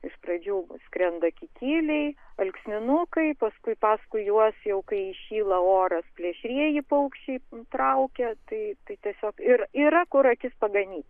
iš pradžių skrenda kikiliai alksninukai paskui paskui juos jau kai įšyla oras plėšrieji paukščiai traukia tai tai tiesiog ir yra kur akis paganyt